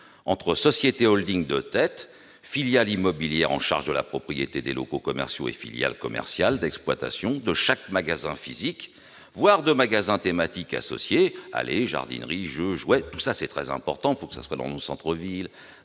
entre société de tête, filiale immobilière chargée de la propriété des locaux commerciaux et filiales commerciales d'exploitation de chaque magasin physique, voire de magasin thématique associé- allées, jardineries, jeux, jouets, autant d'activités très importantes, qui doivent perdurer dans nos centres-villes